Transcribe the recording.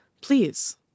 please